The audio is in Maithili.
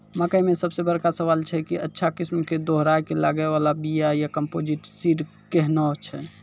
मकई मे सबसे बड़का सवाल छैय कि अच्छा किस्म के दोहराय के लागे वाला बिया या कम्पोजिट सीड कैहनो छैय?